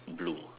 blue